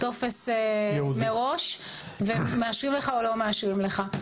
טופס מראש ומאשרים לך או לא מאשרים לך.